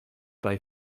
bei